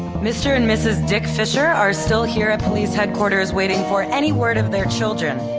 mr. and mrs. dick fisher are still here at police headquarters waiting for any word of their children.